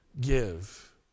give